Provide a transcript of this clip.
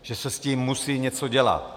Že se s tím musí něco dělat.